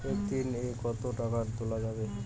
একদিন এ কতো টাকা তুলা যাবে?